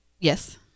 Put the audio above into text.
Yes